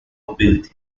mobility